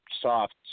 soft